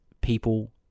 people